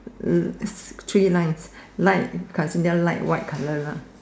three lines light consider light white colour lah